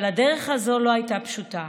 אבל הדרך הזאת לא הייתה פשוטה.